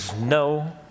no